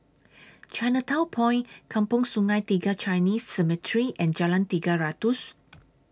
Chinatown Point Kampong Sungai Tiga Chinese Cemetery and Jalan Tiga Ratus